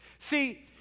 See